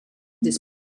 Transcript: des